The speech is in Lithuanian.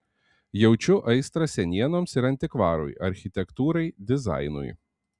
jaučiu aistrą senienoms ir antikvarui architektūrai dizainui